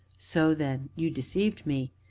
so, then you deceived me,